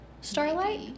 starlight